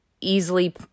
easily